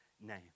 name